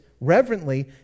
reverently